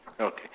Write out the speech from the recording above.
Okay